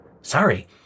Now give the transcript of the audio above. sorry